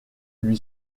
lui